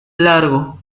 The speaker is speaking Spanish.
largo